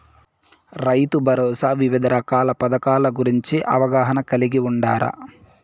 రైతుభరోసా వివిధ పథకాల గురించి అవగాహన కలిగి వుండారా?